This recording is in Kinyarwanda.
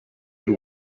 y’u